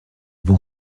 bons